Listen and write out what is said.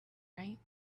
right